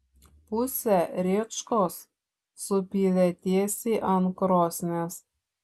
pusę rėčkos supylė tiesiai ant krosnies